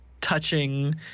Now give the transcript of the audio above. touching